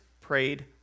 prayed